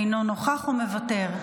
אינו נוכח או מוותר?